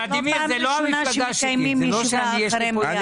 זאת לא פעם ראשונה שמקיימים ישיבה אחרי מליאה.